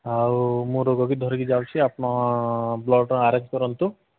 ଆଉ ମୁଁ ରୋଗୀକୁ ଧରିକି ଯାଉଛି ଆପଣ ବ୍ଲଡ୍ର ଆରେଞ୍ଜ କରନ୍ତୁ